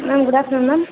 ம் good afternoon ma'am